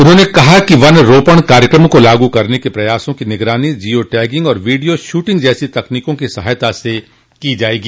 उन्होंने कहा कि वनरोपण कार्यक्रमों को लागू करने के प्रयासों की निगरानी जियो टैगिंग और वीडियो शूटिंग जैसी तकनीकों की सहायता से की जाएगी